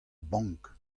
bank